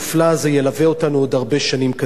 הזה ילווה אותנו עוד הרבה שנים קדימה.